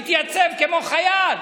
התייצב כמו חייל.